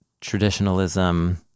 traditionalism